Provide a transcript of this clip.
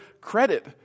credit